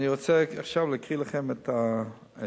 אני רוצה עכשיו להקריא לכם את הקריטריונים,